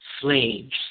slaves